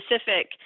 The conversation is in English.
specific